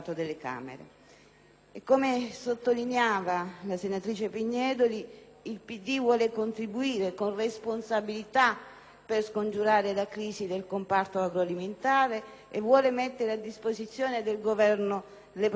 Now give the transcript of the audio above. Come sottolineava la senatrice Pignedoli, il Partito Democratico vuole contribuire con responsabilità per scongiurare la crisi del comparto agroalimentare e vuole mettere a disposizione del Governo le proprie proposte.